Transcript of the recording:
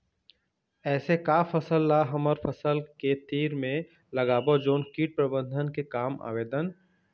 ऐसे का फसल ला हमर फसल के तीर मे लगाबो जोन कीट प्रबंधन के काम आवेदन?